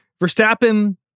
Verstappen